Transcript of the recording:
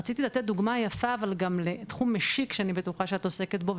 רציתי לתת דוגמה יפה לתחום משיק שאני בטוחה שאת עוסקת בו,